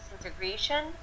integration